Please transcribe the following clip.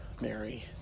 Mary